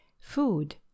Food